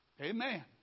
amen